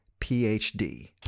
PhD